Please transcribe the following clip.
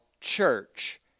church